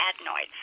adenoids